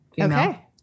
Okay